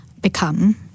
become